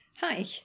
Hi